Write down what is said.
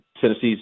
Tennessee's